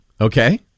Okay